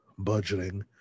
budgeting